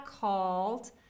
called